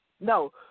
No